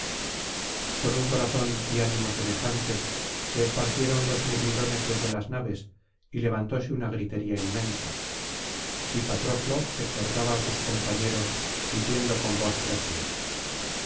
con un corazón y ánimo semejantes se esparcieron los mirmidones desde las naves y levantóse una gritería inmensa y patroclo exhortaba á sus compañeros diciendo con voz recia